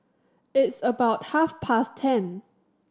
its about half past ten